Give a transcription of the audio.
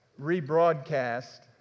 rebroadcast